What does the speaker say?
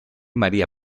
maria